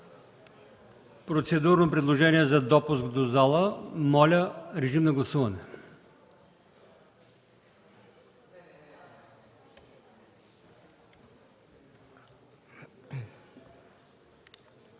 Процедурно предложение за достъп до зала – режим на гласуване.